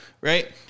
right